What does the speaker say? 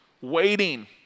Waiting